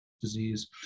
disease